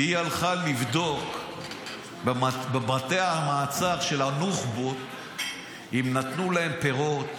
היא הלכה לבדוק באמת בבתי המעצר של הנוח'בות אם נתנו להם פירות,